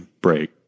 break